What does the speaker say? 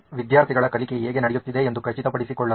ವಿದ್ಯಾರ್ಥಿಗಳ ಕಲಿಕೆ ಹೇಗೆ ನಡೆಯುತ್ತಿದೆ ಎಂದು ಖಚಿತಪಡಿಸಿಕೊಳ್ಳಲು